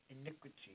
iniquity